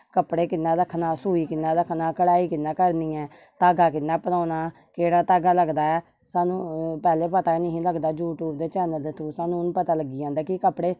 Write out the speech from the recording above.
कपडे़ कियां रक्खना सूई कियां रक्खना कढाई कियां करनी ऐ गी कियां भरोना केह्ड़ा धागा लगदा ऐ सानू पहले पता नेई हा लगदा यूट्यूब दे चैनल दे थ्रू स्हानू पता लग्गी जंदा कि कपडे़